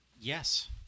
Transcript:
Yes